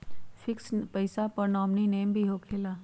Fix पईसा पर nominee name भी होकेला?